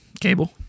Cable